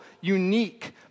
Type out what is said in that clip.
unique